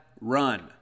run